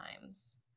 times